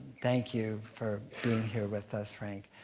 thank you for being here with us, frank.